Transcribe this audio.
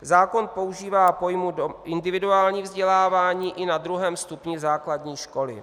Zákon používá pojmu individuální vzdělávání i na druhém stupni základní školy.